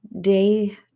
day